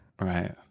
Right